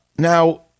Now